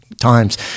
times